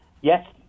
yes